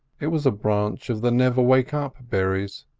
it was a branch of the never-wake-up berries.